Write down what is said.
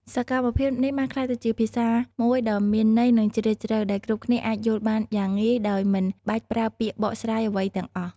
សកម្មភាពនេះបានក្លាយទៅជាភាសាមួយដ៏មានន័យនិងជ្រាលជ្រៅ ដែលគ្រប់គ្នាអាចយល់បានយ៉ាងងាយដោយមិនបាច់ប្រើពាក្យបកស្រាយអ្វីទាំងអស់។